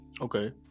Okay